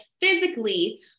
physically